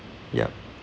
ya